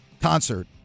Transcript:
concert